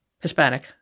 Hispanic